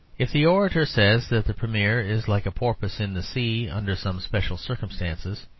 if the orator says that the premier is like a porpoise in the sea under some special circumstances,